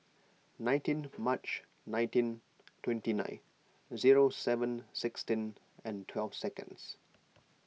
nineteen March nineteen twenty nine zero seven sixteen and twelve second